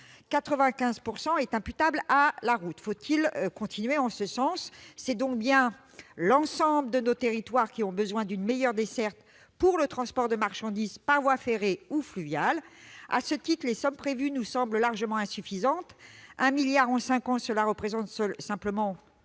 95 % sont imputables à la route. Faut-il continuer en ce sens ? C'est donc bien l'ensemble de nos territoires qui ont besoin d'une meilleure desserte pour le transport de marchandises par voie ferrée ou fluviale. À ce titre, les sommes prévues nous semblent largement insuffisantes. Un milliard d'euros en cinq ans, c'est seulement